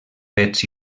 fets